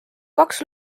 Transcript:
kaks